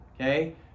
okay